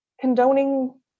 condoning